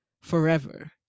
forever